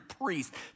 priests